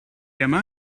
yma